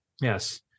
Yes